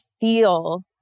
feel